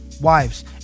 Wives